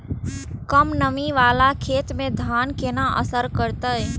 कम नमी वाला खेत में धान केना असर करते?